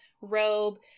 robe